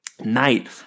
night